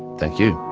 thank you